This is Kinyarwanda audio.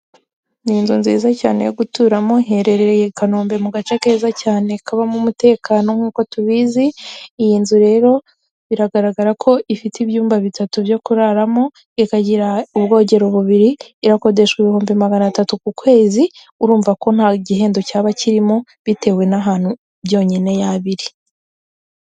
Ni inzu nziza cyane yo guturamo iherereye i Kanombe mu gace keza cyane kabamo umutekano nk'uko tubizi. iyi nzu rero biragaragara ko ifite ibyumba bitatu byo kuraramo, ikagira ubwogero bubiri, irakodeshwa ibihumbi magana atatu ku kwezi. Urumva ko nta gihendo cyaba kirimo bitewe n'ahantu byonyine yaba iri.